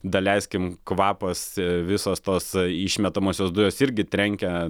daleiskim kvapas visos tos išmetamosios dujos irgi trenkia